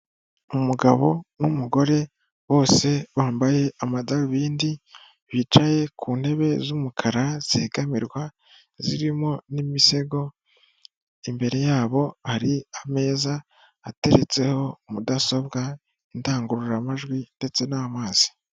Umugabo n'umugore bose bambaye amadarubindi bicaye ku ntebe z'umukara zegamirwa zirimo n'imisego imbere yabo hari ameza ateretseho mudasobwa, indangururamajwi ndetse n'amazi.